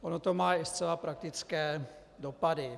Ono to má i zcela praktické dopady.